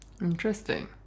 interesting